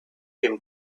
him